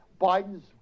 Biden's